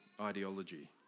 ideology